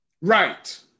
right